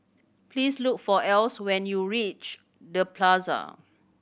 please look for Else when you reach The Plaza